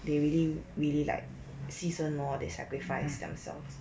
they really really like 牺牲 more they sacrifice themselves